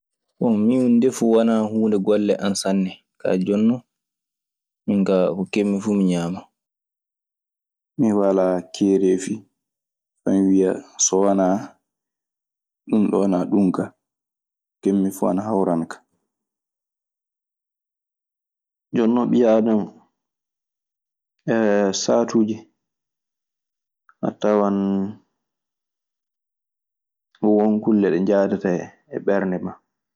Bon, min ndefu wanaa huunde golle an sanne kaa jooni non min kaa ko keɓ- mi fuu ñaaman. Mi walaa teeleefi faa mi wiyaa so wanaa ɗun ɗoo naa ɗun gaa. Ko keɓmi fuu ana hawrana kan. Jooni non ɓii aadama saatuuje a tawan won kulle ɗe njaadata e ɓernde maa.